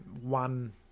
one